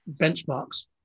benchmarks